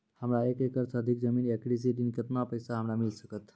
हमरा एक एकरऽ सऽ अधिक जमीन या कृषि ऋण केतना पैसा हमरा मिल सकत?